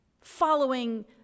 following